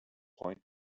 point